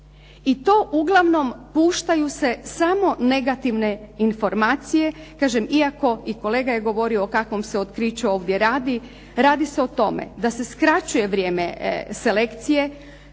i to uglavnom puštaju se samo negativne informacije, kažem iako i kolega je govorio o kakvom se otkriću ovdje radi. Radi se o tome da se skraćuje vrijeme selekcije,